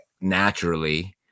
naturally